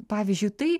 pavyzdžiui tai